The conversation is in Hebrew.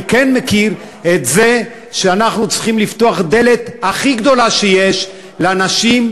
אני כן מכיר את זה שאנחנו צריכים לפתוח דלת הכי גדולה שיש לנשים,